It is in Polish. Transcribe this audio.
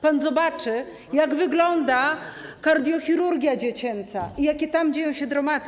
Pan zobaczy, jak wygląda kardiochirurgia dziecięca i jakie tam dzieją się dramaty.